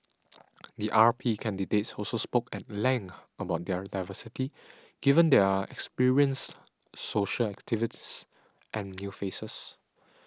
the R P candidates also spoke at length about their diversity given there are experienced social activists and new faces